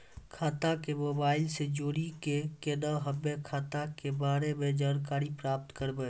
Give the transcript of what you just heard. खाता के मोबाइल से जोड़ी के केना हम्मय खाता के बारे मे जानकारी प्राप्त करबे?